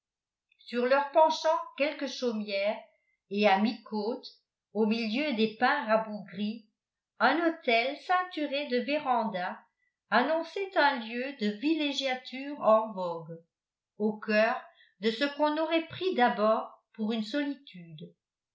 sur leurs penchants quelques chaumières et à mi-côte au milieu des pins rabougris un hôtel ceinturé de vérandas annonçait un lieu de villégiature en vogue au cœur de ce qu'on aurait pris d'abord pour une solitude